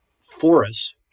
forests